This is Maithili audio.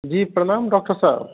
जी प्रणाम डॉक्टर साहेब